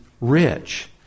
rich